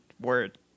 word